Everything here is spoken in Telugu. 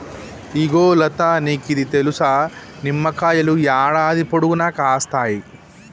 ఇగో లతా నీకిది తెలుసా, నిమ్మకాయలు యాడాది పొడుగునా కాస్తాయి